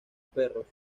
perros